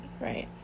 right